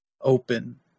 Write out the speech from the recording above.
open